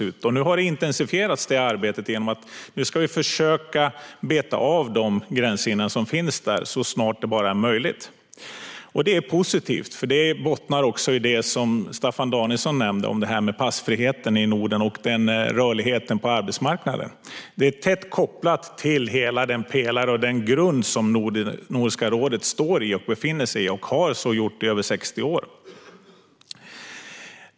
Nu har arbetet intensifierats genom att vi ska försöka beta av de gränshinder som finns där så snart det bara är möjligt. Det är positivt. Det bottnar i det som Staffan Danielsson nämnde om passfriheten i Norden och rörligheten på arbetsmarknaden. Dessa frågor är tätt kopplade till hela den pelare och den grund som Nordiska rådet står på och så har gjort i över 60 år.